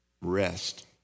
Rest